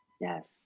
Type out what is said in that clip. Yes